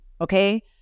okay